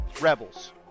Rebels